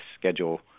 schedule